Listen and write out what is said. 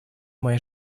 моя